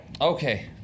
Okay